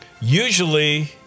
Usually